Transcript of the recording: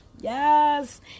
Yes